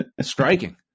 striking